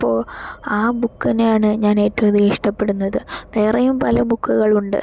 ഇപ്പോൾ ആ ബുക്ക് തന്നെയാ ഞാൻ ഏറ്റവുമധികം ഇഷ്ടപ്പെടുന്നത് വേറെയും പല ബുക്കുകളുണ്ട്